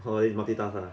可以 multitask ah